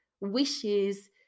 wishes